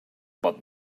but